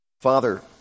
Father